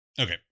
Okay